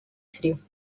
frio